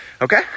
Okay